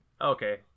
okay